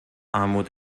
armut